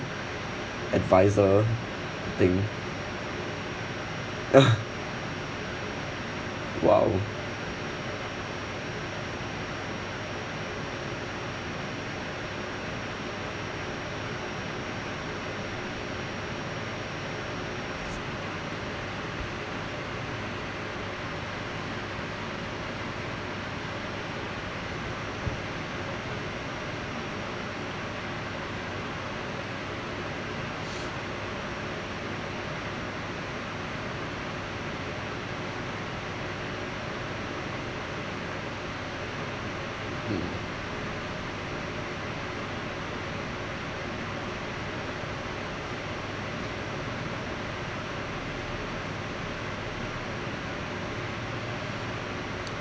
advisor thing !wow!